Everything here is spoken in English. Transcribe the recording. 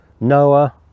noah